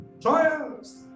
trials